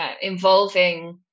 involving